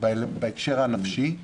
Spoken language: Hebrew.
בהקשר הנפשי.